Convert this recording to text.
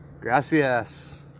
gracias